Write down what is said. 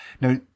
Now